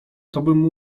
tobym